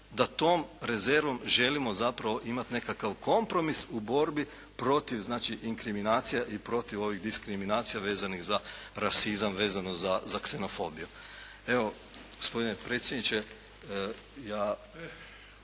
da tom rezervom želimo zapravo imati nekakav kompromis u borbi protiv znači inkriminacija i protiv ovih diskriminacija vezanih za rasizam, vezano za ksenofobiju. Evo, gospodine predsjedniče, ja